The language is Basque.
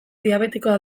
diabetikoa